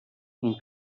این